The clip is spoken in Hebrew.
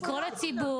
לקרוא לציבור,